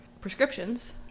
prescriptions